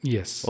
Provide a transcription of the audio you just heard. Yes